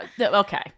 Okay